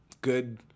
good